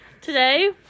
today